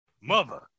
Mother